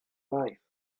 life